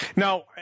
Now